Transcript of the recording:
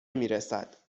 میرسد